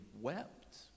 wept